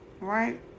Right